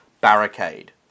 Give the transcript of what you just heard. Barricade